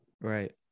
Right